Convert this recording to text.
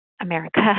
America